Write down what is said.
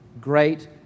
Great